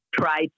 try